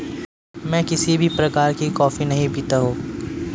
मैं किसी भी प्रकार की कॉफी नहीं पीता हूँ